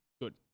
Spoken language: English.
Good